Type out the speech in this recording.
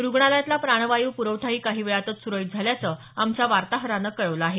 रुग्णालयातला प्राणवायू पुरवठाही काही वेळातच सुरळीत झाल्याच आमच्या वातोहरान कळवल आहे